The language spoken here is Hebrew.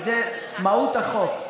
כי זה מהות החוק.